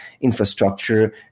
infrastructure